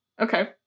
Okay